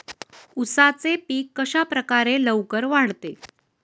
उसाचे पीक कशाप्रकारे लवकर वाढते?